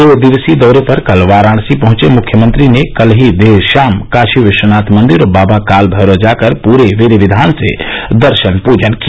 दो दिवसीय दौरे पर कल वाराणसी पहुंचे मुख्यमंत्री ने कल ही देर शाम काशी विश्वनाथ मंदिर और बाबा काल भैरव जाकर पूरे विधि विधान से दर्शन पूजन किया